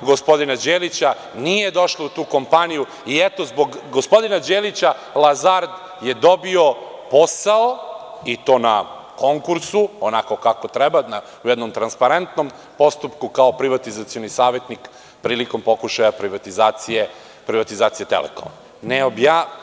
gospodina Đelića, nisu došli u tu kompaniju i zbog gospodina Đelića „Lazard“ je dobio posao, i to na konkursu, onako kako treba, u jednom transparentnom postupku, kao privatizacioni savetnik prilikom pokušaja privatizacije „Telekoma“